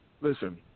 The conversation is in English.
listen